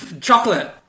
Chocolate